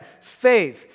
faith